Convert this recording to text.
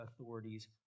authorities